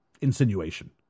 insinuation